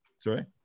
Sorry